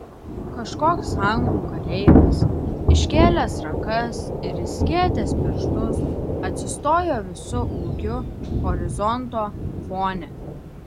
kažkoks anglų kareivis iškėlęs rankas ir išskėtęs pirštus atsistojo visu ūgiu horizonto fone